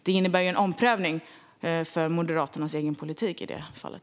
Det innebär ju en omprövning av Moderaternas egen politik i det här fallet.